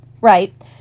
Right